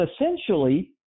essentially